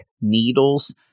needles